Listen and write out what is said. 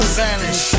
vanish